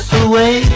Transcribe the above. away